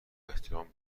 احترام